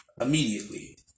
Immediately